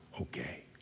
okay